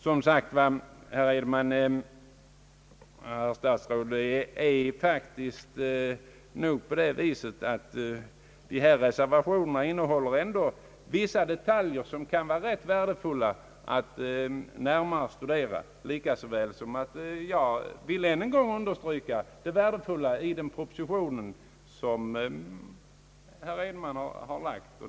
Som sagt, herr statsråd, de reservationer som här avgivits innehåller ändå vissa detaljer som kan vara rätt värdefulla att närmare studera. Jag säger det samtidigt som jag än en gång vill understryka det värdefulla i den proposition, som herr Edenman har framlagt.